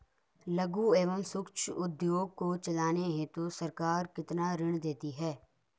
लघु एवं सूक्ष्म उद्योग को चलाने हेतु सरकार कितना ऋण देती है?